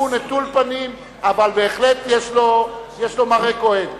הוא נטול פנים, אבל בהחלט יש לו מראה כוהן.